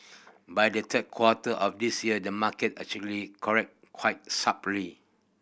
by the third quarter of this year the market actually corrected quite sharply